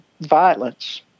violence